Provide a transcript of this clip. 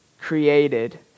created